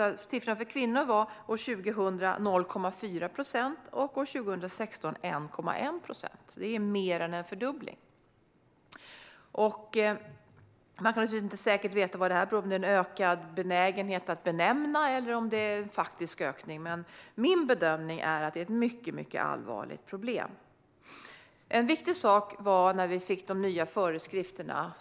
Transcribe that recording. Siffran för kvinnor var 0,4 procent år 2000, och år 2016 var siffran 1,1 procent. Det är mer än en fördubbling. Man kan naturligtvis inte veta säkert vad detta beror på - om det handlar om en ökad benägenhet att benämna problemet eller om det är en faktisk ökning - men min bedömning är att det är ett mycket allvarligt problem. En viktig sak var när vi fick de nya föreskrifterna.